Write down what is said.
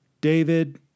David